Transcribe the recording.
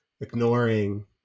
ignoring